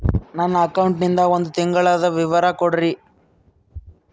ನನ್ನ ಅಕೌಂಟಿನ ಒಂದು ತಿಂಗಳದ ವಿವರ ಕೊಡ್ರಿ?